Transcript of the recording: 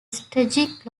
strategic